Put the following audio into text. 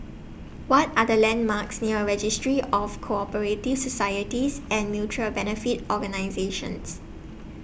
What Are The landmarks near Registry of Co Operative Societies and Mutual Benefit Organisations